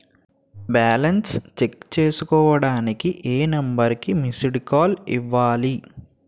Balance check చేసుకోవటానికి ఏ number కి మిస్డ్ కాల్ ఇవ్వాలి?